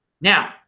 Now